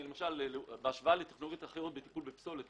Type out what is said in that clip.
בהשוואה לטכנולוגיות אחרות בטיפול בפסולת,